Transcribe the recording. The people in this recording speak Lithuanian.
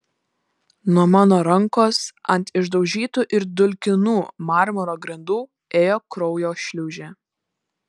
nuo mano rankos ant išdaužytų ir dulkinų marmuro grindų ėjo kraujo šliūžė